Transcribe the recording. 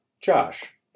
Josh